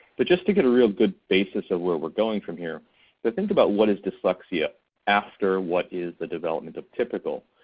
but just to get a real good basis of where we're going from here to think about what is dyslexia after what is the development of typical.